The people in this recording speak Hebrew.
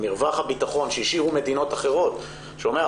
ומרווח הביטחון שהשאירו מדינות אחרות שאומר,